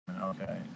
Okay